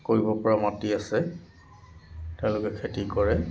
কৰিব পৰা মাটি আছে তেওঁলোকে খেতি কৰে